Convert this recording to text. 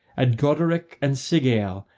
and goderic and sigael,